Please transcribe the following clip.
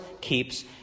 keeps